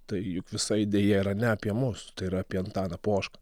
tai juk visa idėja yra ne apie mus tai yra apie antaną pošką